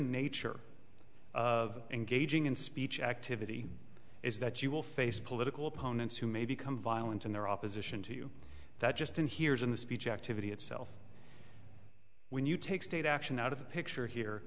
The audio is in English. nature of engaging in speech activity is that you will face political opponents who may become violent in their opposition to you that just in here is in the speech activity itself when you take state action out of the picture here